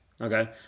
Okay